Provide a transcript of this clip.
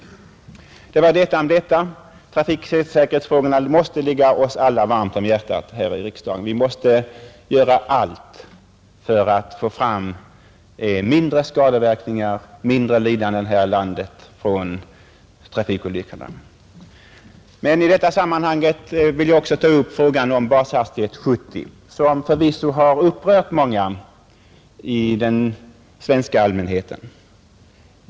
Detta om detta. Trafiksäkerhetsfrågorna måste ligga oss varmt om hjärtat här i riksdagen. Vi måste göra allt för att se till att det blir mindre skadeverkningar, mindre lidanden här i landet på grund av trafikolyckor. I detta sammanhang vill jag också ta upp frågan om bashastighet 70 som förvisso har upprört många i den svenska allmänheten.